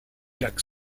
lac